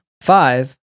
Five